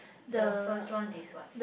the first one is what